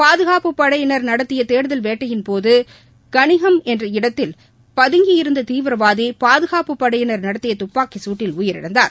பாதுகாப்புப் படையினர் நடத்திய தேடுதல் வேட்டையின்போது கனிஹமம் என்ற இடத்தில் பதங்கி இருந்த தீவிரவாதி பாதுகாப்புப் படையினர் நடத்திய துப்பாக்கி சூட்டில் உயிரிழந்தார்